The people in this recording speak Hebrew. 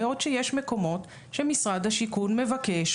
בעוד שיש מקומות שמשרד השיכון מבקש,